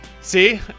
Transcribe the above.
See